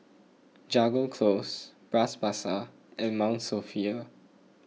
Jago Close Bras Basah and Mount Sophia